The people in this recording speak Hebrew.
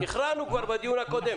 הכרענו כבר בדיון הקודם.